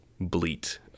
bleat